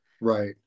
Right